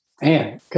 man